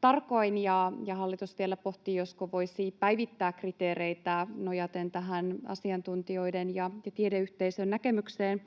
tarkoin ja hallitus vielä pohtii, josko voisi päivittää kriteereitä nojaten tähän asiantuntijoiden ja tiedeyhteisön näkemykseen.